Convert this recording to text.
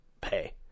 pay